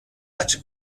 açık